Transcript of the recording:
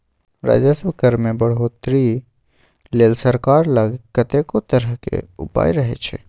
राजस्व कर मे बढ़ौतरी लेल सरकार लग कतेको तरहक उपाय रहय छै